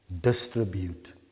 distribute